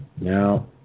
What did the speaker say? Now